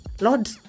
Lord